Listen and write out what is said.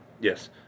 yes